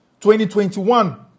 2021